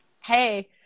hey